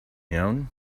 iawn